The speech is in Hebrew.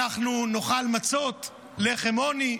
אנחנו נאכל מצות, לחם עוני.